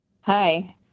Hi